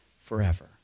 forever